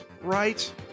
right